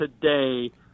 today